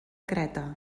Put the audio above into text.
creta